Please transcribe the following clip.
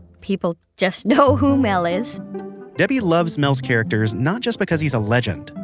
people just know who mel is debi loves mel's characters not just because he's a legend.